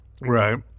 Right